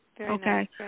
Okay